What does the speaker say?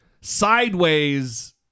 sideways